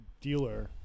dealer